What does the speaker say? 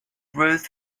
ruth